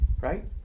Right